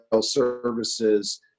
services